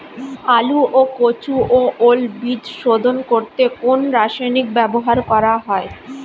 আলু ও কচু ও ওল বীজ শোধন করতে কোন রাসায়নিক ব্যবহার করা হয়?